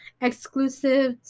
exclusive